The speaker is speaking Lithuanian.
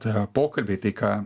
tai yra pokalbiai tai ką